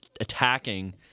attacking